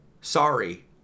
Sorry